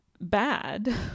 bad